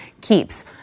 Keeps